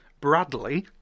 Bradley